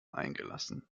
eingelassen